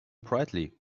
brightly